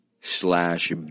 slash